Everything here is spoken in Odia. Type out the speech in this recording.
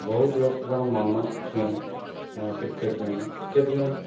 ବହୁତ ଲୋକଙ୍କର ମନ ଛୁଏଁ କ୍ରିକେଟ୍ ଗେମ୍ କ୍ରିକେଟ୍ ଗେମ୍